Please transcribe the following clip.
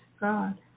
God